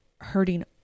hurting